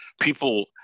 People